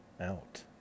out